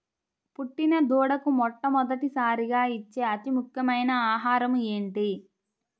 పుట్టిన దూడకు మొట్టమొదటిసారిగా ఇచ్చే అతి ముఖ్యమైన ఆహారము ఏంటి?